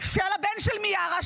של הבן של מיארה,